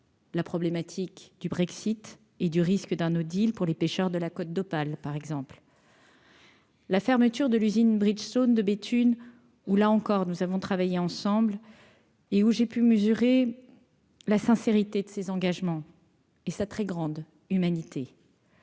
La problématique du Brexit et du risque d'un Odile pour les pêcheurs de la Côte d'Opale par exemple. La fermeture de l'Usine Bridgestone de Béthune où, là encore, nous avons travaillé ensemble et où j'ai pu mesurer la sincérité de ces engagements et sa très grande humanité.